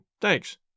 Thanks